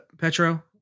Petro